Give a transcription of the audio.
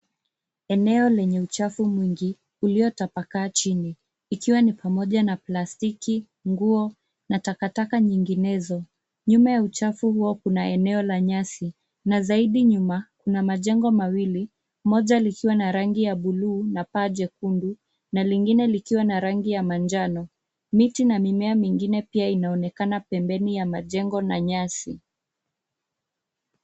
Eneo lenye uchafu mwingi uliotapakaa chini ikiwa na plastiki, nguo na takataka nyinginezo. Nyuma ya uchafu huo kuna eneo la nyasi na zaidi nyuma, kuna majengo mawili, moja likiwa na rangi ya buluu na paa jekundu na jingine likiwa na rangi ya manjano. Miti na mimea mingine pia inaonekana pembeni ya majengo na nyasi.